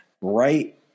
right